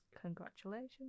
Congratulations